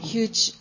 huge